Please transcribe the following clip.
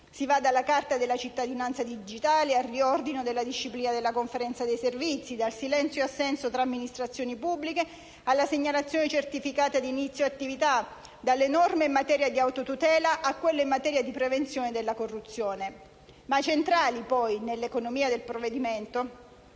dalla Carta della cittadinanza digitale al riordino della disciplina della conferenza dei servizi, dal silenzio-assenso tra amministrazioni pubbliche alla segnalazione certificata di inizio attività, dalle norme in materia di autotutela a quelle in materia di prevenzione della corruzione. Centrali, nell'economia del provvedimento